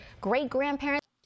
great-grandparents